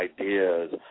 ideas